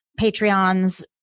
Patreons